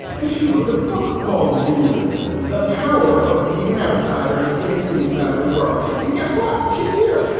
and she wrote a book called weird the power of being an outsider in an insider world. and guess what? she's here.